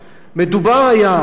מדובר היה באנשים,